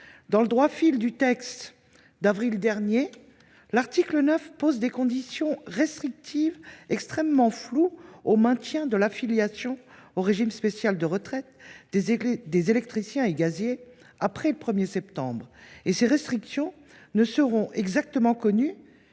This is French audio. dans le droit fil de la loi votée en avril dernier, l’article 9 impose des conditions restrictives extrêmement floues au maintien de l’affiliation au régime spécial de retraite des électriciens et gaziers après le 1 septembre 2023 ; or ces restrictions ne seront exactement connues